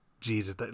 Jesus